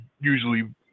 usually